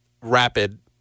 rapid